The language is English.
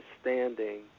standing